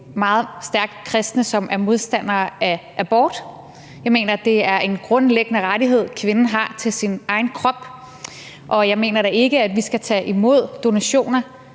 meget stærkt kristne, som er modstandere af abort. Jeg mener, det er en grundlæggende rettighed, kvinden har til sin egen krop, og jeg mener da ikke, at vi skal tage imod donationer